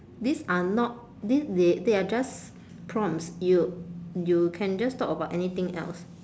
these are not these they are just prompts you you can just talk about anything else